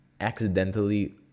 accidentally